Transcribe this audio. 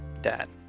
Dad